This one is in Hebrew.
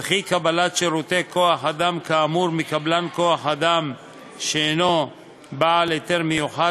וכי קבלת שירותי כוח-אדם כאמור מקבלן כוח-אדם שאינו בעל היתר מיוחד